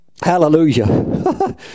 Hallelujah